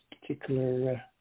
particular